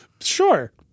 Sure